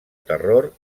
terror